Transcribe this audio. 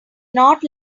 not